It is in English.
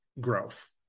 growth